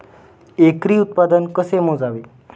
एकरी उत्पादन कसे मोजावे?